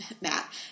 Matt